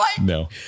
No